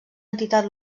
entitat